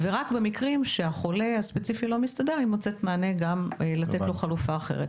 ורק במקרים שהחולה הספציפי לא מסתדר היא מוצאת מענה בלתת לו חלופה אחרת.